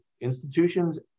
institutions